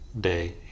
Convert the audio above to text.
day